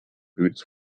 boots